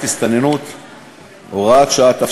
הסתננות (עבירות ושיפוט) (הוראת שעה),